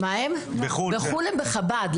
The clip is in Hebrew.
בחוץ לארץ הן בחב"ד.